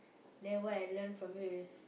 then what I learn from you is